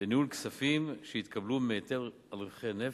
לניהול כספים שהתקבלו מהיטל על רווחי נפט,